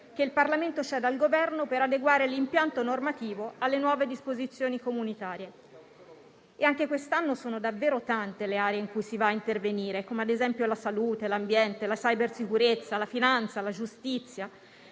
che il Parlamento cede al Governo per adeguare l'impianto normativo alle nuove disposizioni comunitarie. Anche quest'anno sono davvero tante le aree in cui si interviene, come ad esempio la salute, l'ambiente, la cybersicurezza, la finanza, la giustizia: